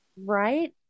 Right